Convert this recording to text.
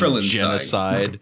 genocide